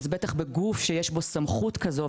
ובטח בגוף שיש בו סמכות כזו,